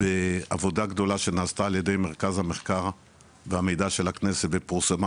בעבודה גדולה שנעשתה על ידי מרכז המחקר והמידע של הכנסת ופורסמה,